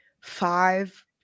five